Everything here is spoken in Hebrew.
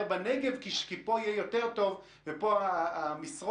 בנגב כי פה יהיה יותר טוב ופה המשרות,